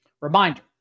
Reminder